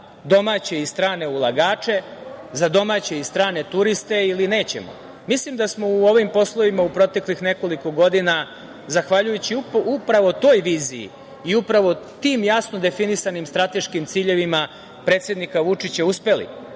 domaće i strane ulagače, za domaće i strane turiste ili nećemo. Mislim da smo u ovim poslovima u proteklih nekoliko godina zahvaljujući upravo toj viziji i upravo tim jasno definisanim strateškim ciljevima predsednika Vučića uspeli,